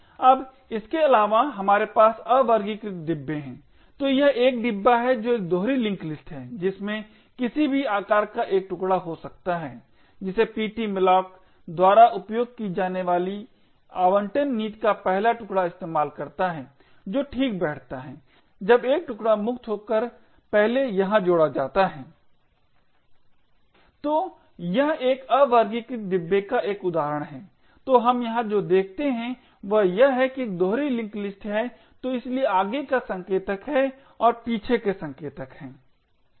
अब इसके अलावा हमारे पास अवर्गीकृत डिब्बे हैं तो यह एक डिब्बा है जो एक दोहरी लिंक लिस्ट है जिसमें किसी भी आकार का एक टुकड़ा हो सकता है जिसे ptmalloc द्वारा उपयोग की जाने वाली आवंटन नीति का पहला टुकड़ा इस्तेमाल करता है जो ठीक बैठता है जब एक टुकड़ा मुक्त होकर पहले यहाँ जोड़ा जाता है तो यह एक अवर्गीकृतडिब्बे का एक उदाहरण है तो हम यहाँ जो देखते हैं वह यह है कि एक दोहरी लिंक लिस्ट है तो इसलिए आगे का संकेतक है और पीछे के संकेतक है